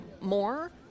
more